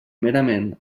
merament